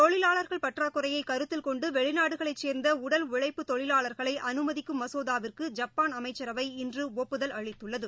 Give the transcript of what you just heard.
தொழிலாளர்கள் பற்றாக்குறையை கருத்தில் கொண்டு வெளிநாடுகளைச் சேர்ந்த உடல் உழைப்பு தொழிலாளர்களை அனுமதிக்கும் மசோதாவிற்கு ஜப்பாள் அமைச்சரவை இன்று ஒப்புதல் அளித்துள்ளது